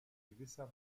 gewisser